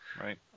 Right